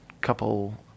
couple